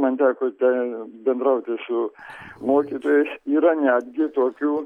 man teko ten bendrauti su mokytojais yra netgi tokių